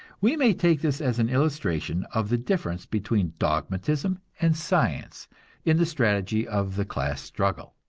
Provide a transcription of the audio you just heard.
we may take this as an illustration of the difference between dogmatism and science in the strategy of the class struggle.